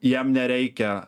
jam nereikia